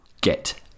Get